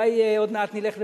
אולי עוד מעט נלך לבחירות,